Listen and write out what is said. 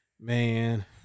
man